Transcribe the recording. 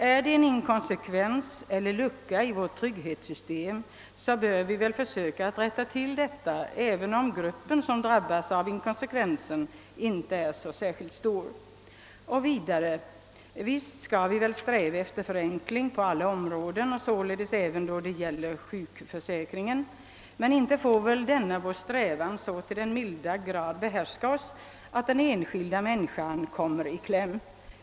Om det föreligger en inkonsekvens eller finns en lucka i vårt trygghetssystem bör vi väl försöka rätta till saken även om den drabbade gruppen inte är särskilt stor. Visst skall vi sträva efter förenklingar på alla områden — alltså även då det gäller sjukförsäkringen — men denna strävan får inte behärska oss så till den milda grad att den enskilda människan kommer i kläm.